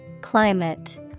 Climate